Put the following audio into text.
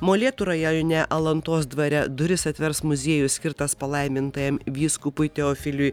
molėtų rajone alantos dvare duris atvers muziejus skirtas palaimintajam vyskupui teofiliui